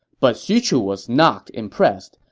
but xu chu was not impressed.